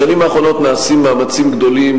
בשנים האחרונות נעשים מאמצים גדולים,